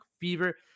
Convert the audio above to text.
fever